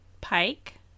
Pike